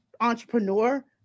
entrepreneur